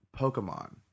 Pokemon